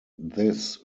this